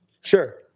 Sure